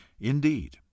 indeed